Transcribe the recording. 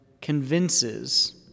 convinces